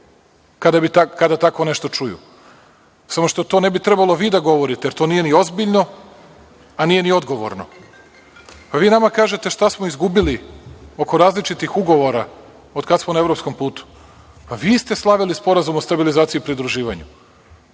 kada tako nešto čuju, samo što to ne bi trebalo vi da govorite, jer to nije ni ozbiljno, a nije ni odgovorno. Vi nama kažete šta smo izgubili oko različitih ugovora od kada smo na evropskom putu. Vi ste slavili Sporazum o stabilizaciji i pridruživanju.